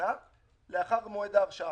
שנה לאחר מועד ההרשעה.